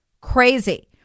Crazy